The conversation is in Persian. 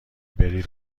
بری